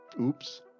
oops